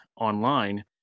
online